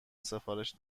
سفارش